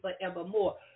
forevermore